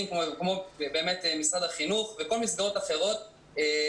הם עדיין לא הציגו לנו את כל הנתונים, אדוני.